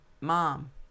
mom